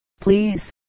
Please